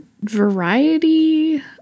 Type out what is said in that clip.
variety